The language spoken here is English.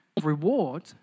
reward